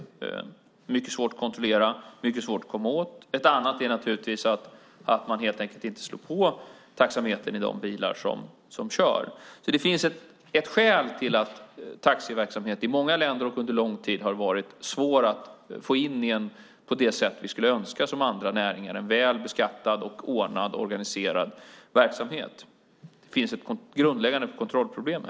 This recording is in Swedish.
Det är mycket svårt att kontrollera och mycket svårt att komma åt. Ett annat är att man helt enkelt inte slår på taxametern i de bilar som kör. Det finns alltså skäl till att taxiverksamhet i många länder och under lång tid har varit svår att som andra näringar och på det sätt vi skulle önska få in i en väl beskattad, ordnad och organiserad verksamhet. Det finns ett grundläggande kontrollproblem.